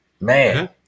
man